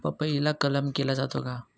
पपईला कलम केला जातो का?